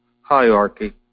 hierarchy